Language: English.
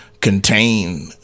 contain